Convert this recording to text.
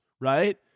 right